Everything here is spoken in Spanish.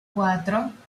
cuatro